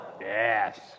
Yes